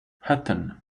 hatton